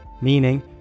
meaning